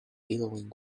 billowing